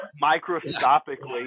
microscopically